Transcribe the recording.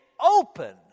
open